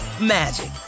magic